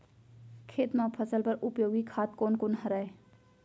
खेत म फसल बर उपयोगी खाद कोन कोन हरय?